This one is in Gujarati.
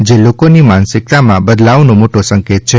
જે લોકોની માનસિકતામાં બદલાવનો મોટો સંકેત છે